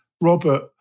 Robert